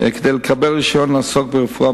ישראלי כדי שיוכל לעסוק ברפואה